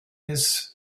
his